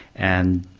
and,